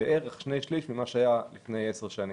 בערך שני שליש ממה שהיה לפני עשר שנים.